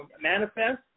Manifest